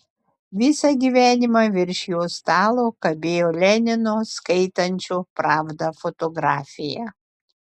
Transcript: visą gyvenimą virš jo stalo kabėjo lenino skaitančio pravdą fotografija